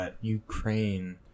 ukraine